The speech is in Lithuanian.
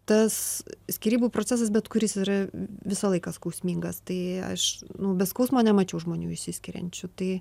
tas skyrybų procesas bet kuris yra visą laiką skausmingas tai aš nu be skausmo nemačiau žmonių išsiskiriančių tai